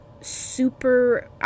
super